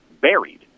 buried